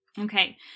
Okay